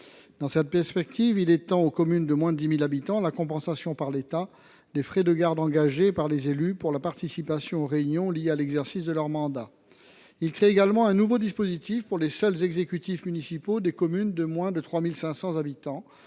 Dans cette perspective, il étend aux communes de moins de 10 000 habitants la compensation par l’État des frais de garde engagés par les élus pour la participation aux réunions liées à l’exercice de leur mandat. Il crée également un nouveau dispositif pour les seuls exécutifs municipaux des communes de moins de 3 500 habitants,